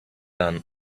than